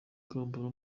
kampala